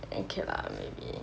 okay lah